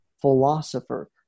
philosopher